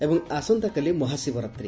ଏବଂ ଆସନ୍ତାକାଲି ମହାଶିବରାତ୍ରୀ